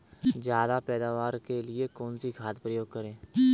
ज्यादा पैदावार के लिए कौन सी खाद का प्रयोग करें?